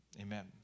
Amen